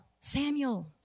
Samuel